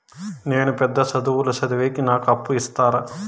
నేను పెద్ద చదువులు చదివేకి నాకు అప్పు ఇస్తారా